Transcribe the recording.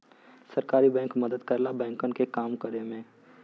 सहकारी बैंक मदद करला बैंकन के काम करे में